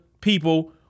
people